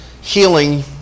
healing